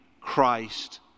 Christ